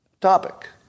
topic